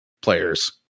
players